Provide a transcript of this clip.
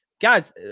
guys